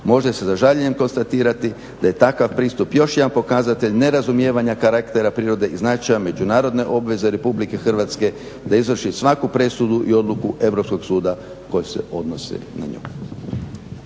može se sa žaljenjem konstatirati da je takav pristup još jedan pokazatelj nerazumijevanja karaktera prirode i značaja međunarodne obveze RH da izvrši svaku presudu i odluku Europskog suda koje se odnose na nju.